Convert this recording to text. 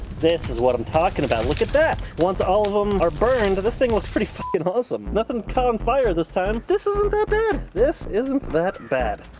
this this what i'm talking about. look at that! that! once all of them are burned, but this thing looks pretty f cking awesome. nothing caught on fire this time! this isn't that bad! this isn't that bad.